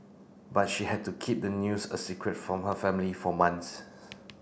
but she had to keep the news a secret from her family for months